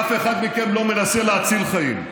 אף אחד מכם לא מנסה להציל חיים,